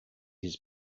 his